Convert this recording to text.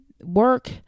work